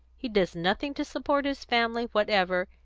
he does nothing to support his family whatever,